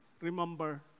Remember